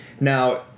now